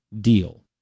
deal